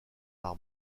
par